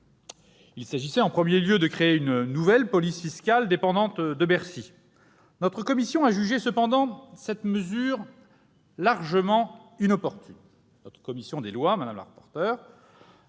Il s'agissait, en premier lieu, de créer une nouvelle police fiscale dépendante de Bercy. Notre commission des lois a jugé cependant cette mesure largement inopportune.